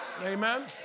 Amen